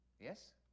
Yes